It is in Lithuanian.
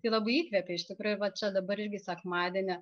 tai labai įkvepia iš tikrųjų va čia dabar irgi sekmadienį